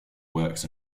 works